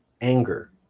anger